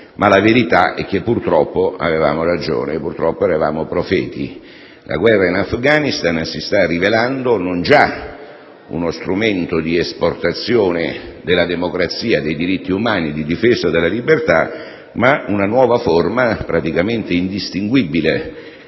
ma la verità è che purtroppo avevamo ragione; purtroppo, eravamo profeti: la guerra in Afghanistan si sta rivelando non già uno strumento di esportazione della democrazia e dei diritti umani, di difesa della libertà, ma una nuova forma, praticamente indistinguibile